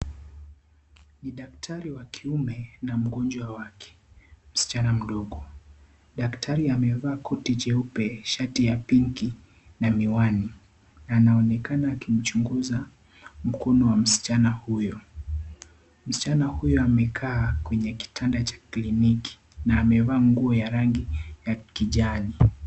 Ni daktari wa kiume, na mgonjwa wake, msichana mdogo. Daktari amevaa koti jeupe, shati ya pinki , na miwani. Anaonekana akimchunguza, mkono wa msichana huyo. Msichana huyo amekaa kwenye kitanda cha kliniki, na amevaa nguo ya rangi ya kijani.